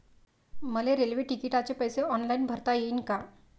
मले रेल्वे तिकिटाचे पैसे ऑनलाईन भरता येईन का?